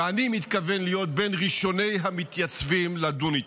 ואני מתכוון להיות בין ראשוני המתייצבים לדון איתה.